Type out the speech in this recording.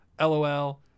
lol